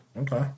Okay